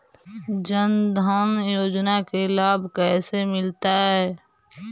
जन धान योजना के लाभ कैसे मिलतै?